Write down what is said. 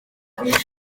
gall